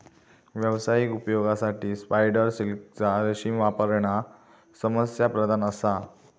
व्यावसायिक उपयोगासाठी स्पायडर सिल्कचा रेशीम वापरणा समस्याप्रधान असा